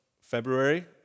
February